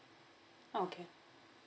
okay